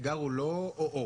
האתגר הוא לא או-או,